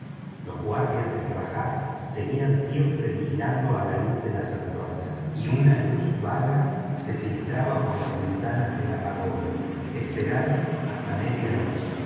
los guardias del rajá se huían siempre vigilando a la luz de las antorchas y una luz vaga se filtraba por las ventanas de la pagoda esperaron hasta medianoche